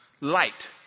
light